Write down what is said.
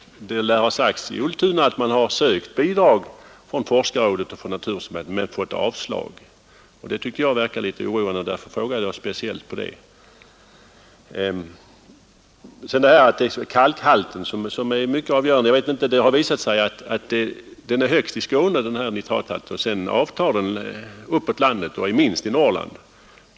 Det lär ha sagts i Ultuna att man sökt bidrag men fått avslag. Det fann jag något oroande, och därför frågade jag speciellt om det. Jag vet inte hur det förhåller sig med att det är kalkhalten som är avgörande. Det har visat sig att nitrathalten är högst i Skåne och att den sedan avtar uppåt i landet och är lägst i Norrland.